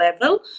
level